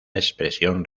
expresión